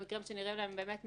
במקרים שנראים להם באמת מתאימים.